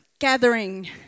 gathering